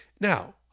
Now